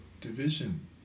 division